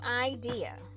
idea